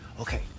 okay